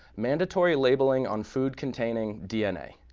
mandatory labeling on food containing dna.